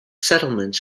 settlements